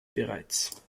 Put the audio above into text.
bereits